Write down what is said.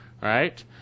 right